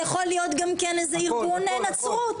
זה להיות גם כן איזה ארגון נצרות.